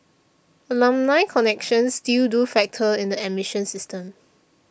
alumni connections still do factor in the admission system